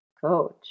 coach